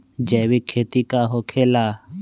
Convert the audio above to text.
जैविक खेती का होखे ला?